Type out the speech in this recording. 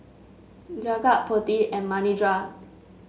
Jagat Potti and Manindra